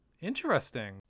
Interesting